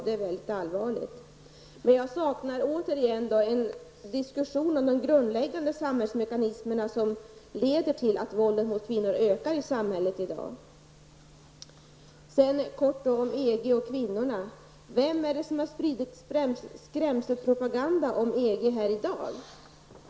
Det är allvarligt. Jag saknar återigen en diskussion om de grundläggande samhällsmekanismerna som leder till att våldet mot kvinnorna ökar i samhället i dag. Vidare har vi EG och kvinnorna. Vem är det som har spritt skrämselpropaganda om EG i dag?